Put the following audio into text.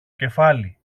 κεφάλι